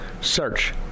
Search